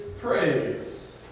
praise